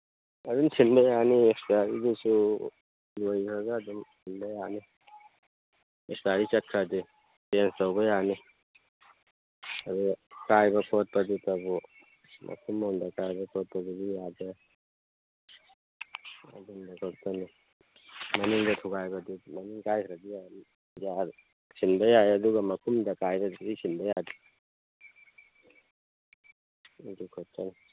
ꯑꯗꯨꯝ ꯁꯤꯟꯕ ꯌꯥꯅꯤ ꯑꯦꯛꯄ꯭ꯌꯥꯔꯤꯗꯨꯁꯨ ꯂꯣꯏꯒ꯭ꯔꯒ ꯑꯗꯨꯝ ꯁꯤꯟꯕ ꯌꯥꯅꯤ ꯑꯦꯛꯁꯄ꯭ꯌꯥꯔꯤ ꯆꯠꯈ꯭ꯔꯗꯤ ꯆꯦꯟꯖ ꯇꯧꯕ ꯌꯥꯅꯤ ꯑꯗꯨ ꯀꯥꯏꯕ ꯈꯣꯠꯄꯗꯨꯇꯕꯨ ꯃꯄꯨꯝ ꯑꯣꯏꯅ ꯀꯥꯏꯕ ꯈꯣꯠꯄꯗꯨꯗꯤ ꯌꯥꯗꯦ ꯑꯗꯨꯃ ꯈꯛꯇꯅꯤ ꯃꯅꯤꯡꯗ ꯊꯨꯒꯥꯏꯕꯗꯨꯗꯤ ꯃꯅꯤꯡ ꯀꯥꯏꯗ꯭ꯔꯗꯤ ꯌꯥꯅꯤ ꯁꯤꯟꯕ ꯌꯥꯏ ꯑꯗꯨꯒ ꯃꯈꯨꯝꯗ ꯀꯥꯏꯕꯁꯤꯗꯤ ꯁꯤꯟꯕ ꯌꯥꯗꯦ ꯑꯗꯨꯈꯛꯇꯅꯤ